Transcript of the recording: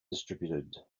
distributed